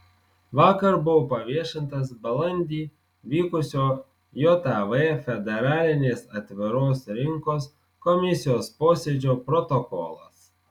vakar buvo paviešintas balandį vykusio jav federalinės atviros rinkos komisijos posėdžio protokolas